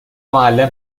معلم